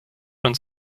uns